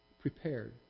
prepared